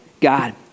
God